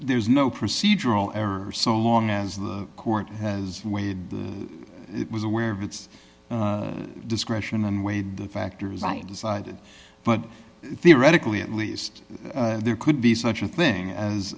there's no procedural error so long as the court has weighed it was aware of its discretion and weighed the factors i decided but theoretically at least there could be such a thing